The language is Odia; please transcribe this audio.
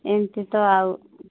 ଏମିତି ତ ଆଉ